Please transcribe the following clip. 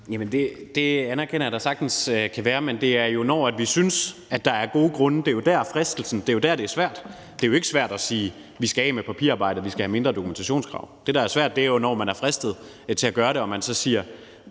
(S): Jamen det anerkender jeg at der sagtens kan være, men det er jo, når vi synes, at der er gode grunde, at fristelsen er der, og det er jo der, det er svært. Det er jo ikke svært at sige, at vi skal af med papirarbejde, og at vi skal have færre dokumentationskrav. Det, der er svært, er jo, når man er fristet til at gøre det, men så alligevel